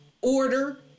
order